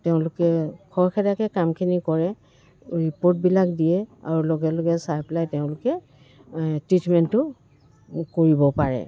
তেওঁলোকে খৰখেদাকৈ কামখিনি কৰে ৰিপৰ্টবিলাক দিয়ে আৰু লগে লগে চাই পেলাই তেওঁলোকে ট্ৰিটমেণ্টটো কৰিব পাৰে